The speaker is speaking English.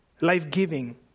life-giving